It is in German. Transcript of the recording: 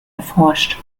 erforscht